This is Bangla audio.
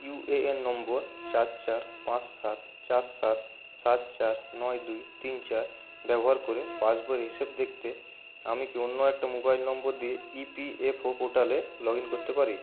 ইউ এ এন নম্বর চার চার পাঁচ সাত চার সাত সাত চার নয় দুই তিন চার ব্যবহার করে পাসবইয়ের হিসেব দেখতে আমি কি অন্য একটা মোবাইল নম্বর দিয়ে ই পি এফ ও পোর্টালে লগ ইন করতে পারি